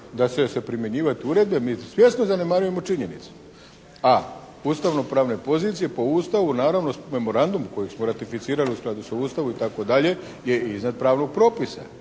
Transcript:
će se primjenjivati uredbe, mi svjesno zanemarujemo činjenicu, a ustavnopravne pozicije po Ustavu naravno memorandum kojeg smo ratificirali u skladu sa Ustavom itd. je iznad pravnog propisa.